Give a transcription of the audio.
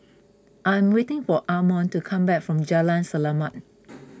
I am waiting for Armond to come back from Jalan Selamat